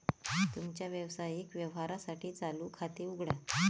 तुमच्या व्यावसायिक व्यवहारांसाठी चालू खाते उघडा